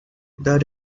the